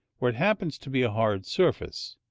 where it happens to be a hard surface